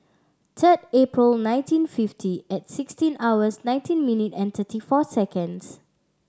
third April nineteen fifty at sixteen hours nineteen minute and thirty four seconds